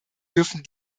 dürfen